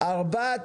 את החלב,